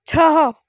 ଛଅ